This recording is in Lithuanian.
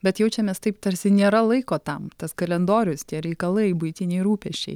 bet jaučiamės taip tarsi nėra laiko tam tas kalendorius tie reikalai buitiniai rūpesčiai